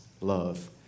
love